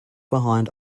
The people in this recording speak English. behind